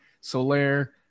Soler